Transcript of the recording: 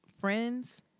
Friends